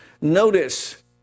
Notice